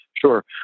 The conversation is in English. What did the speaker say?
Sure